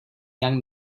young